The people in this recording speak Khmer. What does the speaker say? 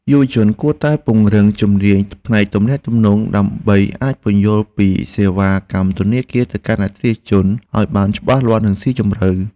យុវជនគួរតែពង្រឹងជំនាញផ្នែកទំនាក់ទំនងដើម្បីអាចពន្យល់ពីសេវាកម្មធនាគារទៅកាន់អតិថិជនឱ្យបានច្បាស់លាស់និងស៊ីជម្រៅ។